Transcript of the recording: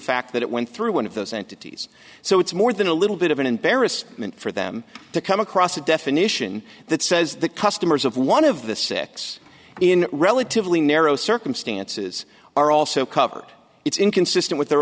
fact that it went through one of those entities so it's more than a little bit of an embarrassment for them to come across a definition that says that customers of one of the six in relatively narrow circumstances are also covered it's inconsistent with their